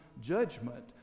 judgment